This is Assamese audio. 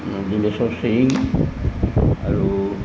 ডিম্বেশ্বৰ চিৰিং আৰু